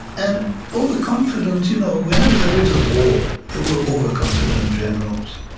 and overconfidence you know whenever there is a war, there were overconfident generals.